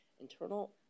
Internal